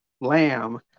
lamb